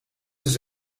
eens